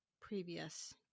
previous